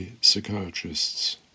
psychiatrists